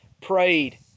prayed